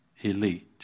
elite